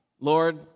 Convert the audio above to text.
Lord